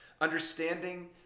Understanding